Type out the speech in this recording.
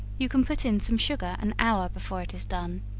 you can put in some sugar an hour before it is done.